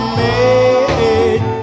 made